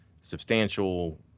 substantial